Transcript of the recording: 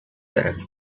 correct